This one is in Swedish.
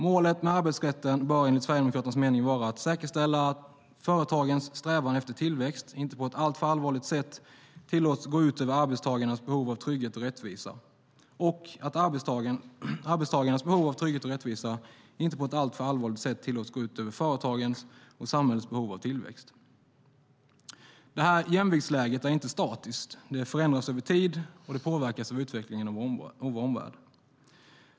Målet med arbetsrätten bör enligt Sverigedemokraternas mening vara att säkerställa att företagens strävan efter tillväxt inte tillåts gå ut över arbetstagarnas behov av trygghet och rättvisa på ett alltför allvarligt sätt och att arbetstagarnas behov av trygghet och rättvisa inte tillåts gå ut över företagens och samhällets behov av tillväxt på ett alltför allvarligt sätt. Jämviktsläget är inte statiskt. Det förändras över tid och påverkas av utvecklingen i vår omvärld.